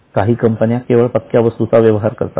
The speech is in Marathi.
काही कंपन्या केवळ पक्क्या वस्तूचा व्यवहार करतात